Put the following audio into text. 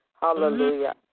Hallelujah